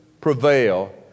prevail